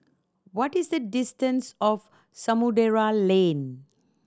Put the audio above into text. what is the distance of Samudera Lane